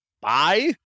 Bye